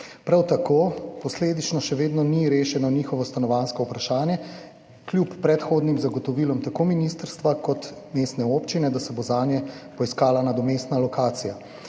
Prav tako posledično še vedno ni rešeno njihovo stanovanjsko vprašanje, kljub predhodnim zagotovilom tako ministrstva kot mestne občine, da se bo zanje poiskala nadomestna lokacija.